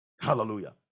hallelujah